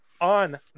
on